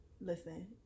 Listen